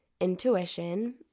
intuition